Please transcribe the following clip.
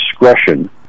discretion